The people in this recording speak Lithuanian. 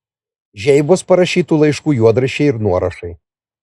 žeibos parašytų laiškų juodraščiai ir nuorašai